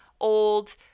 old